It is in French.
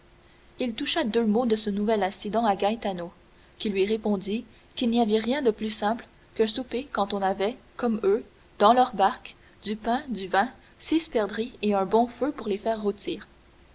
il toucha deux mots de ce nouvel incident à gaetano qui lui répondit qu'il n'y avait rien de plus simple qu'un souper quand on avait comme eux dans leur barque du pain du vin six perdrix et un bon feu pour les faire rôtir